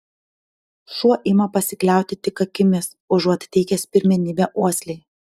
šuo ima pasikliauti tik akimis užuot teikęs pirmenybę uoslei